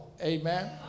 amen